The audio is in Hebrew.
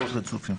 רצופים.